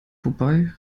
vorbei